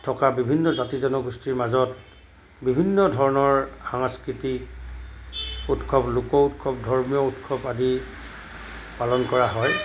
থকা বিভিন্ন জাতি জনগোষ্ঠীৰ মাজত বিভিন্ন ধৰণৰ সংস্কৃতি উৎসৱ লোক উৎসৱ ধৰ্মীয় উৎসৱ আদি পালন কৰা হয়